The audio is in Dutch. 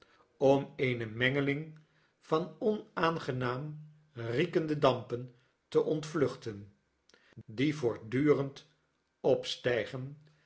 om eene mengeling van onaangenaam riekende dampen te ontvluchten die voortdurend opstijgen